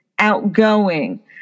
Outgoing